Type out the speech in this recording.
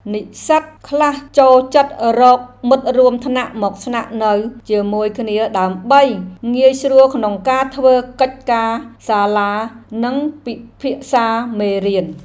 និស្សិតខ្លះចូលចិត្តរកមិត្តរួមថ្នាក់មកស្នាក់នៅជាមួយគ្នាដើម្បីងាយស្រួលក្នុងការធ្វើកិច្ចការសាលានិងពិភាក្សាមេរៀន។